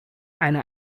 eine